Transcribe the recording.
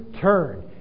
turn